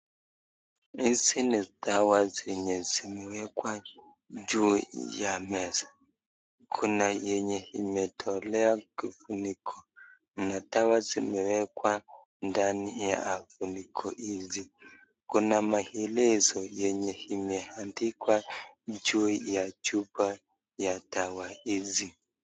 Hizi ni dawa zenye zimewekwa juu ya meza, kuna yenye imetolewa kifuniko na dawa zimewekwa ndani ya funiko hizi. Kuna maelezo yenye imeandikwa juu ya chupa ya dawa hizi.